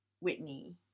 Whitney